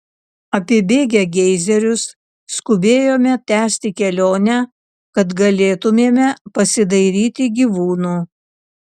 apibėgę geizerius skubėjome tęsti kelionę kad galėtumėme pasidairyti gyvūnų